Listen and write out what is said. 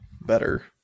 better